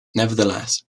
nevertheless